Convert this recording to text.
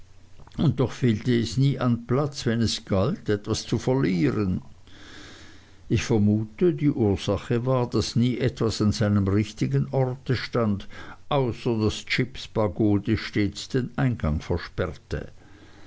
und doch fehlte es nie an platz wenn es galt etwas zu verlieren ich vermute die ursache war daß nie etwas an seinem richtigen orte stand außer daß jips pagode stets den eingang versperrte